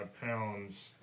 pounds